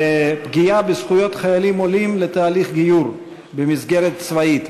פגיעה בזכויות חיילים עולים לתהליך גיור במסגרת צבאית.